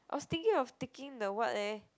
I was thinking of taking the what leh